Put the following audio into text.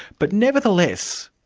but nevertheless,